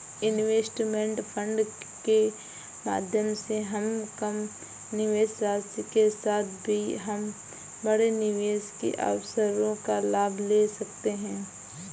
investment fund के माध्यम से हम कम निवेश राशि के साथ भी हम बड़े निवेश के अवसरों का लाभ ले सकते हैं